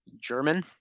German